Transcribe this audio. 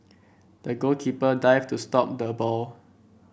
the goalkeeper dived to stop the ball